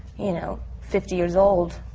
you know, fifty years old.